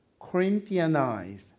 Corinthianized